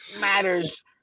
matters